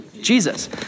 Jesus